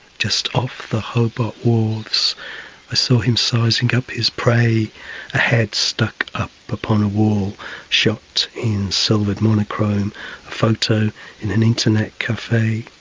just off the hobart wharves i saw him sizing up his prey a head stuck up upon a wall shot in silvered monochrome, a photo in an internet cafe.